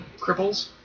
cripples